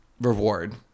reward